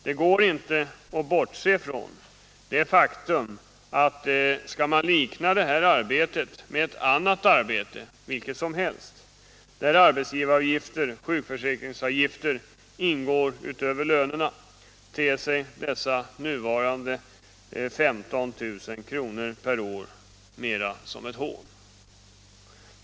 Det går inte att bortse från det faktum att skall man likna detta arbete vid ett annat arbete, vilket som helst, för vilket arbetsgivaravgifter och sjukförsäkringsavgifter utgår utöver lön, ter sig dessa nuvarande 15 000 kr. per år mera som ett hån.